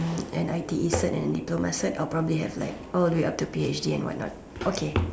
and I_T_E cert and diploma cert I'll probably have like all the way up to P_H_D and whatnot okay